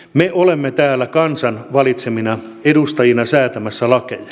me olemme täällä kansan valitsemina edustajina säätämässä lakeja